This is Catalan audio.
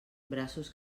braços